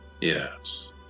Yes